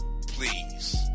please